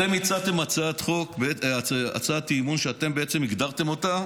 אתם הצעתם הצעת אי-אמון, שבעצם הגדרתם אותה: